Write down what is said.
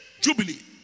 jubilee